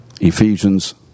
Ephesians